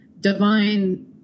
divine